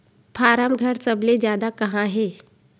form घर सबले जादा कहां हे